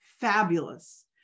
Fabulous